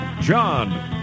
John